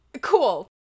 cool